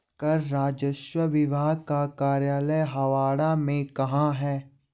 कर राजस्व विभाग का कार्यालय हावड़ा में कहाँ है?